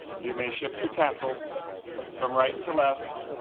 you may shift your tassels from right to left